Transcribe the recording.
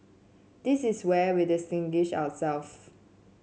this is where we distinguish ourselves